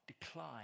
decline